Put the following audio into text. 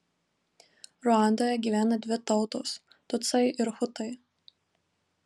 ruandoje gyvena dvi tautos tutsiai ir hutai